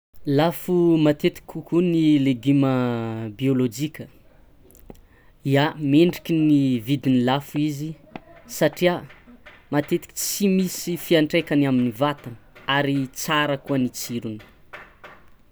Lafo matetiky kokoa ny légume biôlôjika. Ya mendriky ny vidiny lafo izy satria matetiky tsy misy fiantraikany amin'ny vatagna ary tsara koa ny tsirony.